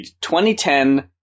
2010